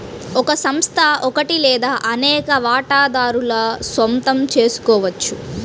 ఒక సంస్థ ఒకటి లేదా అనేక వాటాదారుల సొంతం చేసుకోవచ్చు